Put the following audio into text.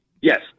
yes